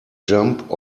jump